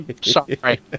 Sorry